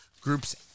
groups